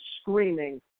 screaming